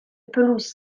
pelouses